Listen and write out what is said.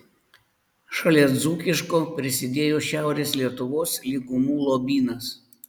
šalia dzūkiško prisidėjo šiaurės lietuvos lygumų lobynas